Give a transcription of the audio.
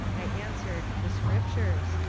i answered, the scriptures.